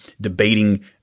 debating